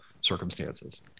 circumstances